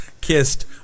kissed